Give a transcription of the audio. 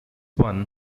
one